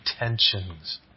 intentions